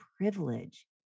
privilege